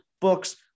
books